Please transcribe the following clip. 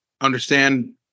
understand